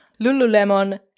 Lululemon